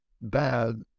bad